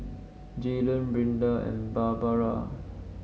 Jaylon Brinda and Barbara